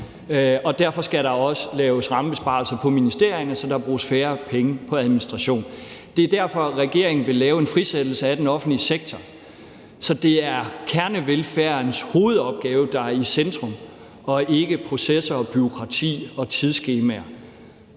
derfor skal der også laves rammebesparelser på ministerierne, så der bruges færre penge på administration. Det er derfor, regeringen vil lave en frisættelse af den offentlige sektor, så det er kernevelfærdens hovedopgave, der er i centrum, og ikke processer, bureaukrati og tidsskemaer.